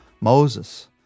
Moses